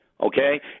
okay